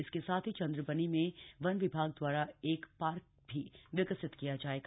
इसके साथ ही चन्द्रबनी में वन विभाग द्वारा एक पार्क भी विकसित किया जायेगा